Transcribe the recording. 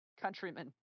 countrymen